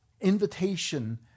invitation